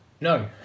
no